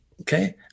okay